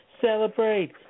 Celebrate